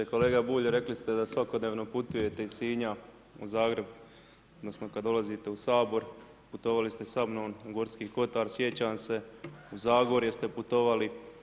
Kolega Bulj, rekli ste da svakodnevno putujete iz Sinja u Zgreb, odnosno kad dolazite u Sabor, putovali ste sa mnom u Gorski kotar, sjećam se, u Zagorje ste putovali.